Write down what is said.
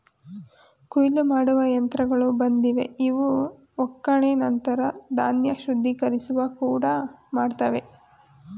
ಕೊಯ್ಲು ಮಾಡುವ ಯಂತ್ರಗಳು ಬಂದಿವೆ ಇವು ಒಕ್ಕಣೆ ನಂತರ ಧಾನ್ಯ ಶುದ್ಧೀಕರಿಸುವ ಕೂಡ ಮಾಡ್ತವೆ